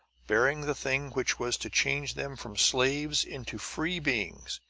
bearing the thing which was to change them from slaves into free beings,